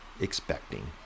expecting